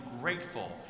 grateful